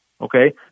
okay